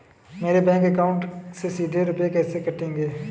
मेरे bank account से सीधे रुपए कैसे कटेंगे?